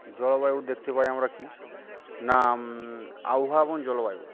জলবায়ু দেখতে পাই আমরা কী না আবহাওয়া এবং জলবায়ু